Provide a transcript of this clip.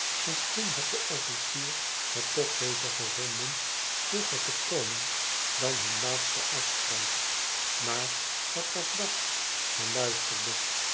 misschien had de officier het toch beter gevonden vroeger te komen dan hun laatste afspraak maar wat was dat ze luisterde